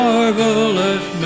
Marvelous